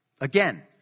Again